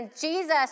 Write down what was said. Jesus